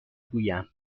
گویم